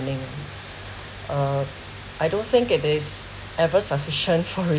uh I don't think it is ever sufficient for